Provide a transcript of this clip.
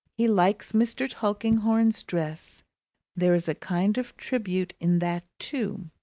he likes mr. tulkinghorn's dress there is a kind of tribute in that too.